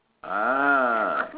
ah